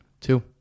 Two